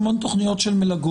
יש המון תכניות של מלגות.